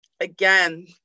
Again